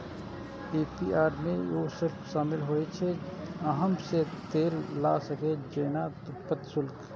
APR मे ऊ शुल्क शामिल होइ छै, जे अहां सं लेल जा सकैए, जेना उत्पत्ति शुल्क